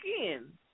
again